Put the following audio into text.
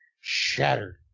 Shattered